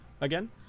again